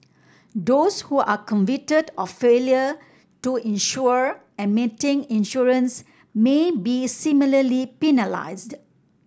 those who are convicted of failure to insure and maintain insurance may be similarly penalised